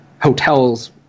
hotels